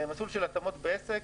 זה מסלול של התאמות בעסק.